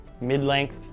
mid-length